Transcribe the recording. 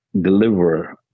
deliver